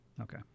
Okay